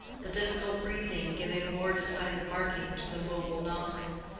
the difficult breathing giving more decided marking to the mobile nostril,